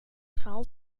schaal